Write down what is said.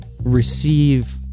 receive